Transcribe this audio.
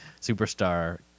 superstar